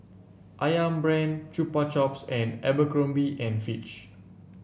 ayam Brand Chupa Chups and Abercrombie and Fitch